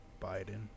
Biden